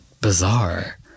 Bizarre